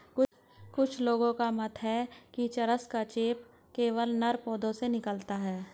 कुछ लोगों का मत है कि चरस का चेप केवल नर पौधों से निकलता है